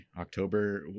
October